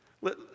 Let